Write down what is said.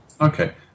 Okay